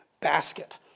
basket